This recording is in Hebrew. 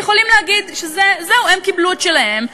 הם יכולים להגיד שהם קיבלו את שלהם,